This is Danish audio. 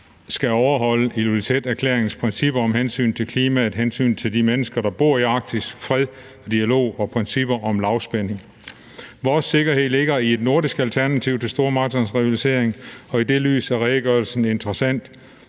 skal overholde Ilulissaterklæringens princip om hensynet til klima, hensynet til de mennesker, der bor i Arktis, fred, dialog og principper om lavspænding. Vores sikkerhed ligger i et nordisk alternativ til stormagternes rivalisering, og i det lys er redegørelsen interessant,